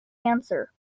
answer